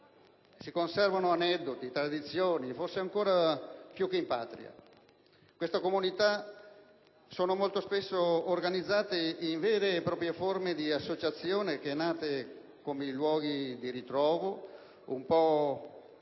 si conservano aneddoti e tradizioni, forse ancora più che in patria. Queste comunità sono molto spesso organizzate in vere e proprie forme di associazione che, nate come luoghi di ritrovo per sentirsi